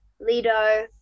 Lido